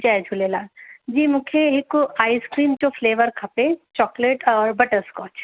जय झूलेलाल जी मूंखे हिक आइस्क्रीम जो फ़्लेवर खपे चॉक्लेट और बटरस्कॉच